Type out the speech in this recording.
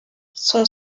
son